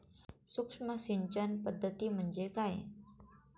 सूक्ष्म सिंचन पद्धती म्हणजे काय?